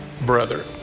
brother